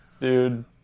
Dude